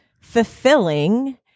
fulfilling